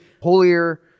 holier